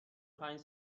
پنج